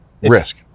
risk